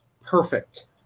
perfect